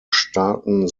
staaten